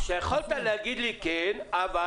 יכולת להגיד לי כן, אבל